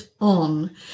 on